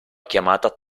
chiamata